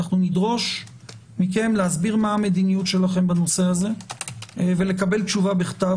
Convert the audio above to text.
נדרוש מכם להסביר מה המדיניות שלכם בנושא הזה ולקבל תשובה בכתב.